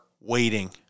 waiting